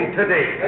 today